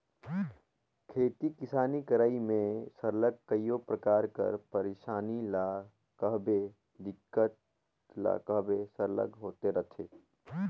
खेती किसानी करई में सरलग कइयो परकार कर पइरसानी ल कहबे दिक्कत ल कहबे सरलग होते रहथे